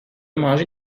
manger